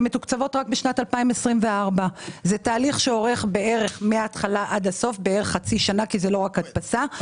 מתוקצבות רק בשנת 2024. זה תהליך שאורך בערך חצי שנה כי זה לא רק הדפסה,